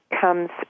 comes